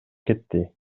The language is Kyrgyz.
кетти